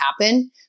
happen